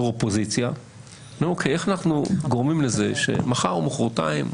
אופוזיציה ושואל איך אנחנו גורמים לזה שמחר או מוחרתיים,